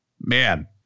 man